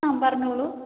ആ പറഞ്ഞോളു